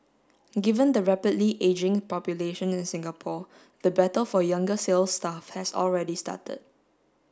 given the rapidly ageing population in Singapore the battle for younger sales staff has already started